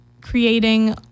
creating